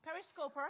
periscoper